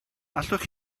allwch